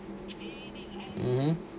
(uh huh)